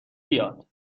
بیاد